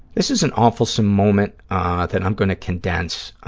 this is an awfulsome moment that i'm going to condense.